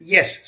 Yes